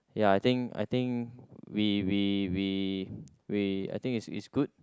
ya I think I think we we we we I think is is good